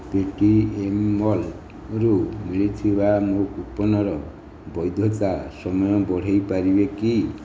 BTM ମଲ୍ରୁ ମିଳିଥିବା ମୋ କୁପନ୍ର ବୈଧତା ସମୟ ବଢ଼େଇ ପାରିବେ କି